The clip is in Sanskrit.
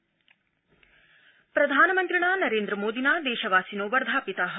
प्रधानमन्त्री कोरोना प्रधानमन्त्रिणा नरेन्द्रमोदिना देशवासिनो वर्धापिता